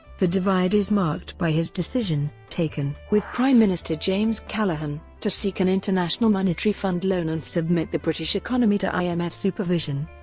the divide is marked by his decision, taken with prime minister james callaghan, to seek an international monetary fund loan and submit the british economy to um imf supervision.